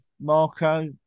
Marco